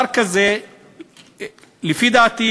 לפי דעתי,